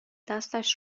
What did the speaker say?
دستش